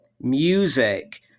music